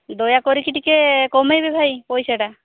ଦୟାକରିକି ଟିକେ କମେଇବେ ଭାଇ ପଇସାଟା